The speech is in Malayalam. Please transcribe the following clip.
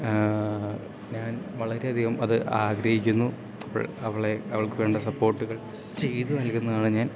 ഞാൻ വളരെയധികം അത് ആഗ്രഹിക്കുന്നു അവൾ അവളെ അവൾക്ക് വേണ്ട സപ്പോർട്ടുകൾ ചെയ്ത് നൽകുന്നതാണ് ഞാൻ